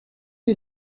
est